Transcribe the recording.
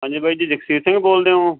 ਹਾਂਜੀ ਬਾਈ ਜੀ ਜਗਸੀਤ ਸਿੰਘ ਬੋਲਦੇ ਹੋ